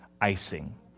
icing